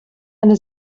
eine